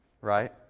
right